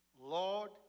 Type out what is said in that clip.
Lord